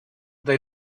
they